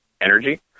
energy